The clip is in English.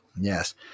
yes